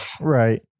Right